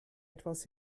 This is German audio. etwas